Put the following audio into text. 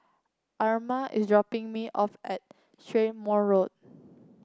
Irma is dropping me off at Strathmore Road